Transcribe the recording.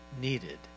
needed